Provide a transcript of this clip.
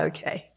Okay